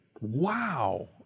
Wow